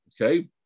Okay